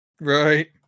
Right